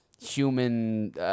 human